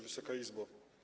Wysoka Izbo!